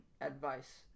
advice